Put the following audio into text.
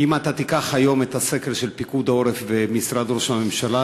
אם אתה תיקח היום את הסקר של פיקוד העורף ומשרד ראש הממשלה,